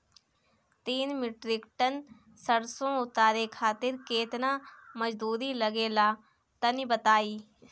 तीन metric tonne सरसो उतारे खातिर केतना मजदूरी लगे ला तनि बताई?